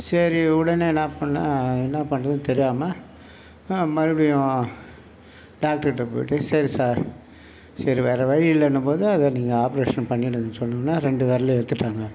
சரி உடனே என்னப் பண்ணேன் என்ன பண்ணுறதுனு தெரியாமல் மறுபடியும் டாக்டர்கிட்ட போய்ட்டு சரி சார் சரி வேற வழி இல்லனும்போது அதை நீங்கள் ஆப்ரேஷன் பண்ணிவிடுங்க சொன்னவுனே ரெண்டு விரலையும் எடுத்துவிட்டாங்க